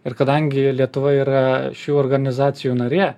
ir kadangi lietuva yra šių organizacijų narė